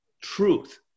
truth